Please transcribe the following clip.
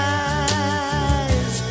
eyes